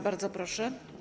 Bardzo proszę.